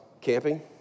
camping